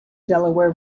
delaware